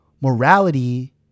Morality